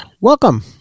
Welcome